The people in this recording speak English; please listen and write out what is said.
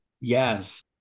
Yes